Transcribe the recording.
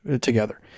together